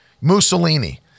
Mussolini